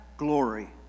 glory